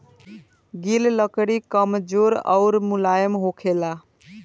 गिल लकड़ी कमजोर अउर मुलायम होखेला